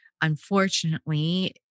unfortunately